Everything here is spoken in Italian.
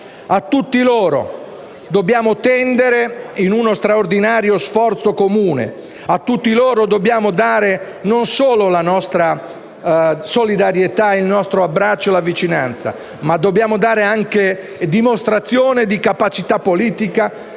A tutti loro dobbiamo tendere in uno straordinario sforzo comune, a tutti loro dobbiamo offrire non solo la nostra solidarietà, il nostro abbraccio e la nostra vicinanza, ma anche dare dimostrazione di capacità politica,